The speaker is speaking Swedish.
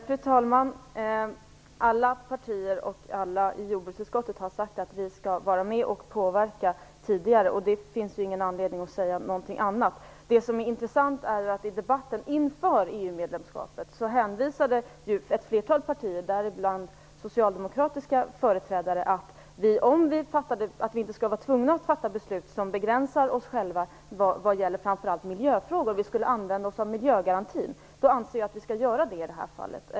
Fru talman! Alla partier och alla i jordbruksutskottet har sagt att vi skall vara med och påverka tidigare. Det finns ingen anledning att säga något annat. Det som är intressant är att ett flertal partier, däribland Socialdemokraterna, i debatten inför EU medlemskapet hänvisade till att vi inte skall vara tvungna att fatta beslut som begränsar oss själva vad gäller framför allt miljöfrågor. Vi skulle använda oss av miljögarantin. Då anser jag att vi skall göra det i det här fallet.